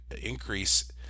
increase